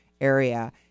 area